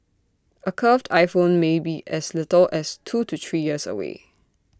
A curved iPhone may be as little as two to three years away